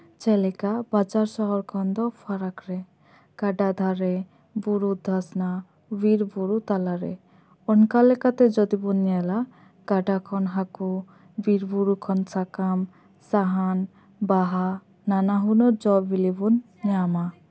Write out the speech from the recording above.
ᱡᱮᱞᱮᱠᱟ ᱵᱟᱡᱟᱨ ᱥᱟᱦᱟᱨ ᱠᱷᱚᱱ ᱫᱚ ᱯᱷᱟᱨᱟᱠ ᱨᱮ ᱜᱟᱰᱟ ᱫᱷᱟᱨᱮ ᱵᱩᱨᱩ ᱫᱷᱟᱥᱱᱟ ᱵᱤᱨᱵᱩᱨᱩ ᱛᱟᱞᱟ ᱨᱮ ᱚᱱᱠᱟ ᱞᱮᱠᱟᱛᱮ ᱡᱩᱫᱤᱵᱚᱱ ᱧᱮᱞᱟ ᱜᱟᱰᱟ ᱠᱷᱚᱱ ᱦᱟᱠᱩ ᱵᱤᱨᱼᱵᱩᱨᱩ ᱠᱷᱚᱱ ᱥᱟᱠᱟᱢ ᱥᱟᱦᱟᱱ ᱵᱟᱦᱟ ᱱᱟᱱᱟᱦᱩᱱᱟᱹᱨ ᱡᱚᱼᱵᱤᱞᱤ ᱵᱚᱱ ᱧᱟᱢᱟ